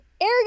air